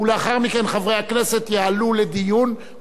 ולאחר מכן חברי הכנסת יעלו לדיון,